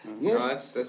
yes